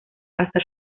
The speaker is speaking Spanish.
hasta